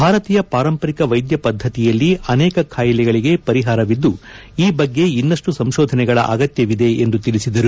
ಭಾರತೀಯ ಪಾರಂಪರಿಕ ವೈದ್ಯ ಪದ್ಧತಿಯಲ್ಲಿ ಅನೇಕ ಕಾಯಿಲೆಗಳಿಗೆ ಪರಿಹಾರವಿದ್ದು ಈ ಬಗ್ಗೆ ಇನ್ನಷ್ಟು ಸಂಶೋಧನೆಗಳ ಅಗತ್ಯವಿದೆ ಎಂದು ತಿಳಿಸಿದರು